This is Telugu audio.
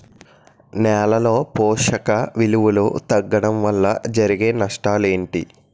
నేలలో పోషక విలువలు తగ్గడం వల్ల జరిగే నష్టాలేంటి?